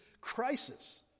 crisis